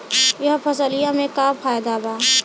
यह फसलिया में का फायदा बा?